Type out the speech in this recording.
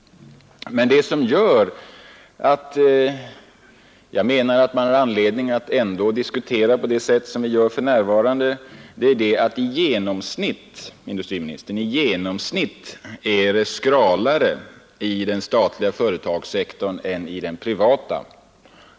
Men i genomsnitt, herr industriminister, är det skralare inom den statliga företagssektorn än inom den privata.